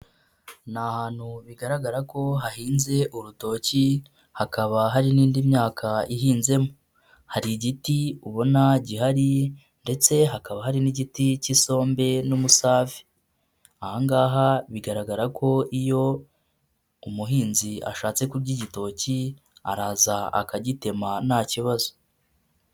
Ni ahantu bigaragara ko hahinze urutoki hakaba hari n'indi myaka ihinzemo, hari igiti ubona gihari ndetse hakaba hari n'igiti k'isombe n'umusave, aha ngaha bigaragara ko iyo umuhinzi ashatse kurya igitoki araza akagitema nta kibazo.